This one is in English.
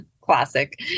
classic